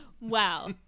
Wow